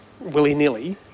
willy-nilly